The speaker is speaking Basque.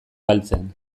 galtzen